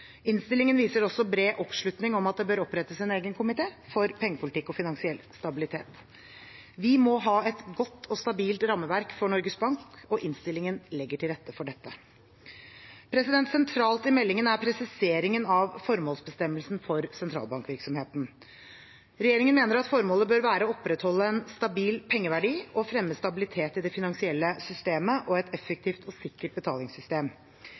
Innstillingen viser også bred oppslutning om at det bør opprettes en egen komité for pengepolitikk og finansiell stabilitet. Vi må ha et godt og stabilt rammeverk for Norges Bank, og innstillingen legger til rette for dette. Sentralt i meldingen er presiseringen av formålsbestemmelsen for sentralbankvirksomheten. Regjeringen mener at formålet bør være å opprettholde en stabil pengeverdi og fremme stabilitet i det finansielle systemet og et effektivt og sikkert betalingssystem.